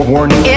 Warning